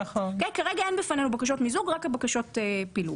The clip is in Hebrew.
כרגע אין בפנינו בקשות מיזוג, רק בקשות פילוג.